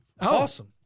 Awesome